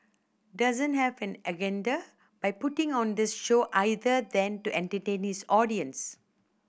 doesn't have an agenda by putting on this show either than to entertain his audience